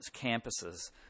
campuses